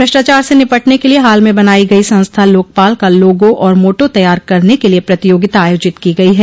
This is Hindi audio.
भ्रष्टाचार से निपटने के लिए हाल में बनाई गई संस्था लोकपाल का लोगो और मोटो तैयार करने के लिए प्रतियोगिता आयोजित की गई है